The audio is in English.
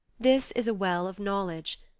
this is a well of knowledge,